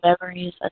memories